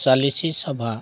ᱥᱟᱞᱤᱥᱤ ᱥᱚᱵᱷᱟ